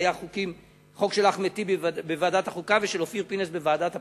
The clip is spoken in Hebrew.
זה היה חוק של אחמד טיבי בוועדת החוקה ושל אופיר פינס בוועדת הפנים.